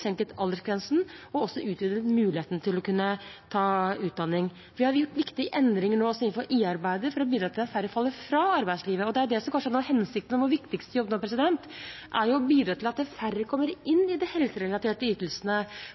senket aldersgrensen og utvidet muligheten til å kunne ta utdanning. Vi har også gjort viktige endringer innenfor IA-arbeidet for å bidra til at færre faller ut av arbeidslivet. Det som kanskje er hensikten og vår viktigste jobb nå, er å bidra til at færre kommer inn i de helserelaterte ytelsene,